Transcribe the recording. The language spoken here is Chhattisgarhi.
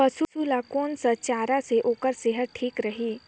पशु ला कोन स चारा से ओकर सेहत ठीक रही?